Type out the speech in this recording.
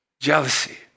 Jealousy